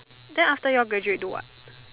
then after your graduate do what